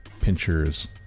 pinchers